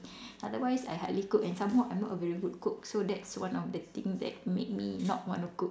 otherwise I hardly cook and some more I'm not a very good cook so that's one of the thing that make me not want to cook